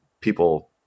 people